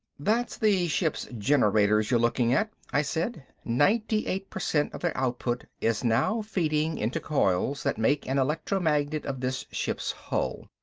that's the ship's generators you're looking at, i said. ninety-eight per cent of their output is now feeding into coils that make an electromagnet of this ship's hull.